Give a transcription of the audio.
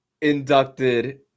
inducted